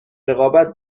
رقابت